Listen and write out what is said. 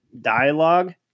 dialogue